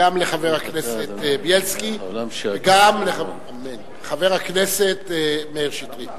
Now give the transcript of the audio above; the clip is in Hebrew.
גם לחבר הכנסת בילסקי וגם לחבר הכנסת מאיר שטרית.